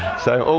so,